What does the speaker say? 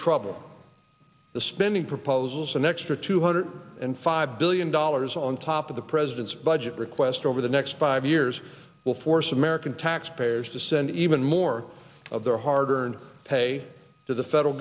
trouble the spending proposals an extra two hundred and five billion dollars on top of the president's budget request over the next five years will force american taxpayers to send even more of their hard earned pay to the federal